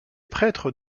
prêtres